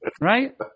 Right